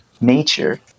nature